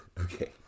Okay